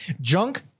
Junk